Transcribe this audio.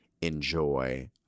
enjoy